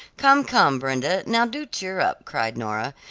come, come, brenda, now do cheer up, cried nora.